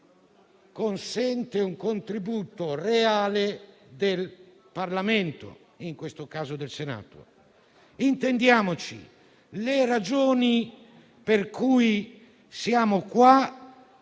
consente un contributo reale del Parlamento, in questo caso del Senato. Intendiamoci, le ragioni per cui siamo qua